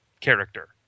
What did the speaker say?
character